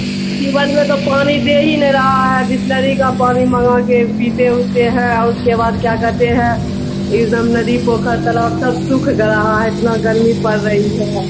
ٹیول میں تو پانی دے ہی نہیں رہا ہے بسلری کا پانی منگا کے پیتے اوتے ہیں اور اس کے بعد کیا کہتے ہیں ایک دم ندی پوکھر تالاب سب سوکھ گیا ہے اتنا گرمی پڑ رہی ہے